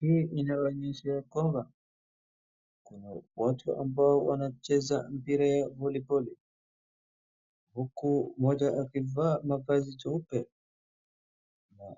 Hii inaloonyesha ya kwamba, kuna watu ambao wanacheza mpira ya voliboli, huku mmoja akivaa mavazi jeupe na